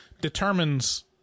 determines